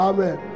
Amen